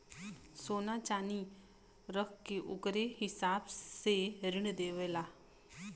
सोना च्नादी रख के ओकरे हिसाब से ऋण देवेला